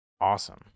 awesome